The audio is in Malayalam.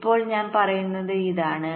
ഇപ്പോൾ ഞാൻ പറയുന്നത് ഇതാണ്